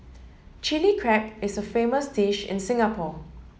Chilli Crab is a famous dish in Singapore